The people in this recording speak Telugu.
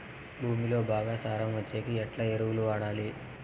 భూమిలో బాగా సారం వచ్చేకి ఎట్లా ఎరువులు వాడాలి?